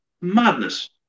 madness